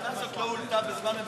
הטענה הזאת מעולם לא הועלתה בזמן ממשלת,